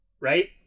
Right